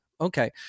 Okay